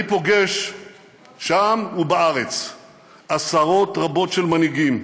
אני פוגש שם ובארץ עשרות רבות של מנהיגים.